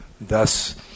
thus